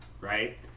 Right